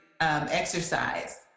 exercise